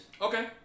Okay